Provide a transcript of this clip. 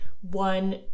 One